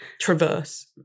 traverse